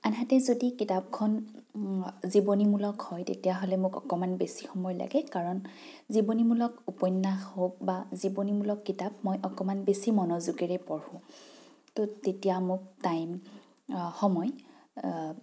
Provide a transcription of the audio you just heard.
আনহাতে যদি কিতাপখন জীৱনীমূলক হয় তেতিয়াহ'লে মোক অকমান মোক বেছি সময় লাগে কাৰণ জীৱনীমূলক উপন্যাস হওক বা জীৱনীমূলক কিতাপ মই অকমান বেছি মনোযোগেৰে পঢ়ো তো তেতিয়া মোক টাইম সময়